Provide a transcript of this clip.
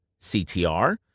CTR